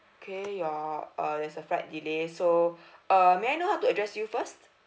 okay your uh there's a flight delay so uh may I know how to address you first